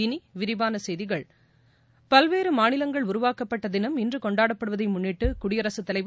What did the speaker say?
இனி விரிவான செய்திகள் பல்வேறு மாநிலங்கள் உருவாக்கப்பட்ட தினம் இன்று கொண்டாடப்படுவதை முன்னிட்டு குடியரசுத் தலைவர்